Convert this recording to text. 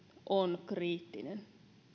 on kriittinen